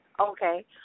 Okay